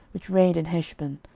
which reigned in heshbon,